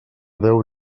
deu